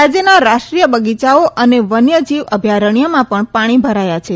રાજયના રાષ્ટ્રીય બગીયાઓ અને વન્ય જીવ અભ્યારણ્થમાં પણ પાણી ભરાયા છે